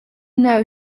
know